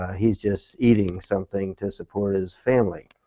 he is just eating something to support his family.